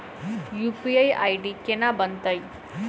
UPI ID केना बनतै?